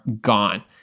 gone